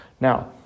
Now